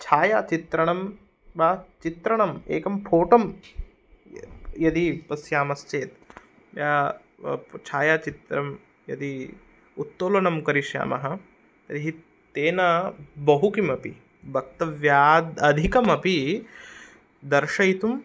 छायाचित्रणं वा चित्रणम् एकं फ़ोटुं यदि पश्यामश्चेत् छायाचित्रं यदि उत्तोलनं करिष्यामः तर्हि तेन बहुकिमपि वक्तव्यात् अधिकमपि दर्शयितुं